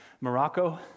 Morocco